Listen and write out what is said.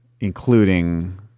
including